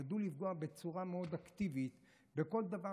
ידעו לפגוע בצורה מאוד אקטיבית בכל דבר.